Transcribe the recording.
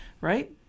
right